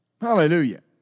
Hallelujah